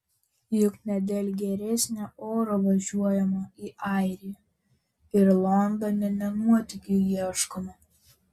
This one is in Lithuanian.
juk ne dėl geresnio oro važiuojama į airiją ir londone ne nuotykių ieškoma